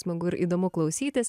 smagu ir įdomu klausytis